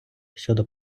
щодо